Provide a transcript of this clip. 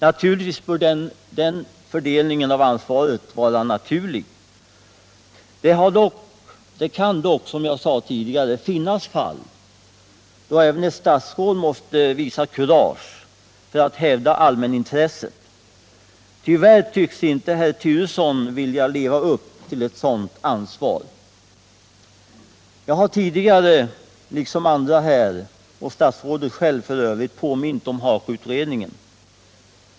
Naturligtvis bör den fördelningen av ansvaret vara naturlig. Det kan dock, som jag sade tidigare, finnas fall då även ett statsråd måste visa kurage för att hävda allmänintresset. Tyvärr tycks inte herr Turesson vilja leva upp till ett sådant ansvar. Jag har tidigare liksom andra talare här, och statsrådet själv f. ö., påmint om HAKO-utredningen.